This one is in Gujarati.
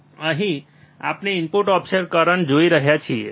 અને અહીં આપણે ઇનપુટ ઓફસેટ કરંટ જોઈ રહ્યા છીએ